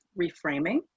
reframing